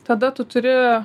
tada tu turi